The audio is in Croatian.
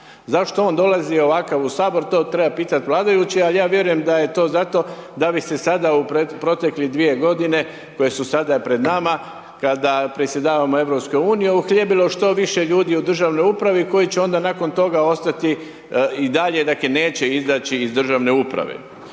Zašto on dolazi ovakav u HS, to treba pitati vladajuće, ali ja vjerujem da je to zato da bi se sada u proteklih dvije godine koje su sada pred nama, kada predsjedavamo EU, uhljebilo što više ljudi u državnoj upravi koji će onda nakon toga ostati i dalje, dakle, neće izaći iz državne uprave.